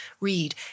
read